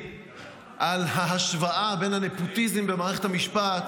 על ההשוואה בין הנפוטיזם במערכת המשפט